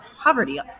poverty